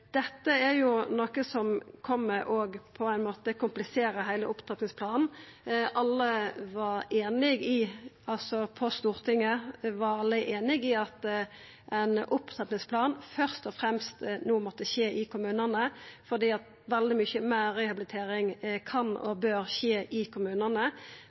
Dette er noko som på ein måte kompliserer heile opptrappingsplanen. På Stortinget var alle einige om at ein opptrappingsplan først og fremst måtte skje i kommunane fordi veldig mykje meir rehabilitering kan og bør skje i kommunane,